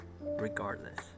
regardless